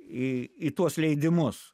į į tuos leidimus